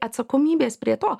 atsakomybės prie to